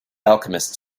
alchemists